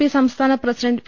P സംസ്ഥാന president P